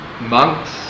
monks